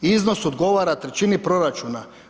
Iznos odgovara trećini proračuna.